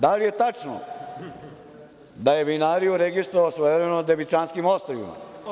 Da li je tačno da je vinariju registrovao, svojevremeno, na Devičanskim ostrvima?